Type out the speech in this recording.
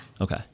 okay